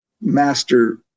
master